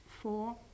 four